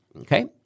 Okay